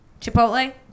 Chipotle